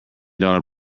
dollar